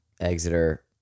Exeter